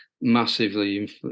massively